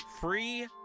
free